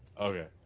okay